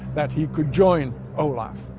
that he could join olav.